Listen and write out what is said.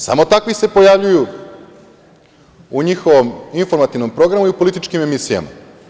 Samo takvi se pojavljuju u njihovom informativnom programu i u političkim emisijama.